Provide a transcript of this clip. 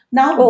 Now